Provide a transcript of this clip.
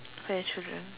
fair children